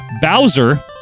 Bowser